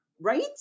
Right